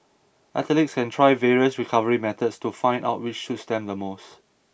athletes can try various recovery methods to find out which suits them the most